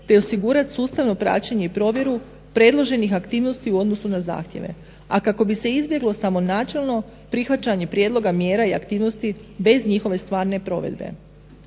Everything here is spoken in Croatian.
te osigurati sustavno praćenje i provjeru predloženih aktivnosti u odnosu na zahtjeve, a kako bi se izbjeglo samo načelno prihvaćanje prijedloga mjera i aktivnosti bez njihove stvarne provedbe.